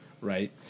Right